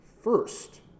first